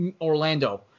Orlando